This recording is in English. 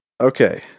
Okay